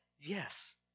yes